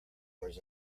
was